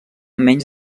menys